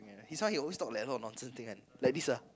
his one he always talk like a lot of nonsense thing one like this ah